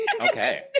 Okay